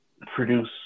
produce